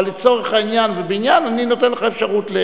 אבל לצורך העניין ובעניין אני נותן לך אפשרות.